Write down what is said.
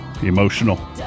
emotional